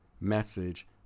message